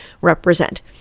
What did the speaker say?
represent